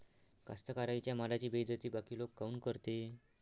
कास्तकाराइच्या मालाची बेइज्जती बाकी लोक काऊन करते?